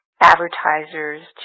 advertisers